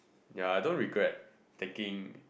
ya I don't regret taking